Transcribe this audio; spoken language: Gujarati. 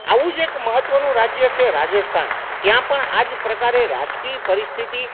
આવું જ એક મહત્ત્વનું રાજ્ય છે રાજસ્થાન ત્યાં પણ આ જ પ્રકારે રાજકીય પરિસ્થિતિ